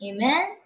Amen